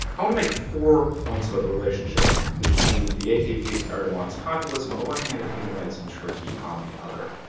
i want to make four points about the relationships between the akp's and erdogan's populism, on the one hand, and human rights in turkey on the other.